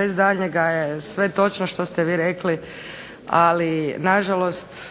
Bez daljnjega je sve točno što ste vi rekli, ali nažalost